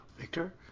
Victor